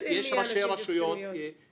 עבד אל חכים חאג' יחיא (הרשימה המשותפת):